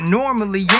normally